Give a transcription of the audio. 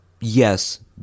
Yes